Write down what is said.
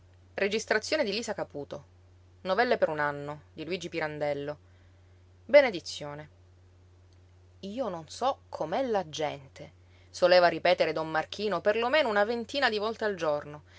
e con la preghiera che gli saluti la troja io non so com'è la gente soleva ripetere don marchino per lo meno una ventina di volte al giorno